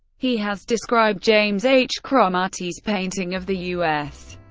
he has described james h. cromartie's painting of the u s.